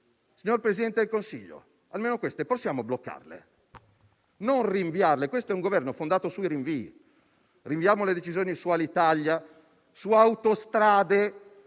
Signor Presidente del Consiglio, almeno queste possiamo bloccarle e non rinviarle? Questo è un Governo fondato sui rinvii! Rinviamo le decisioni su Alitalia e su Autostrade